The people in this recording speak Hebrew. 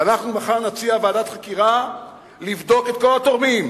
ואנחנו מחר נציע ועדת חקירה לבדוק את כל התורמים,